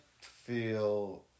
feel